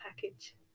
package